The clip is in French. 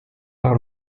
par